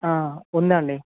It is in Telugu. ఉందండి